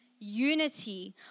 Unity